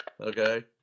Okay